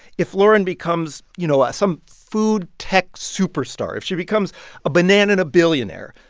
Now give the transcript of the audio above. if lauren becomes, you know, some food tech superstar if she becomes a banana in a billionaire,